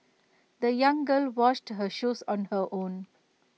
the young girl washed her shoes on her own